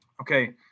okay